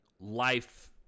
life